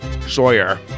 Sawyer